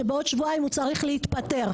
שבעוד שבועיים הוא צריך להתפטר.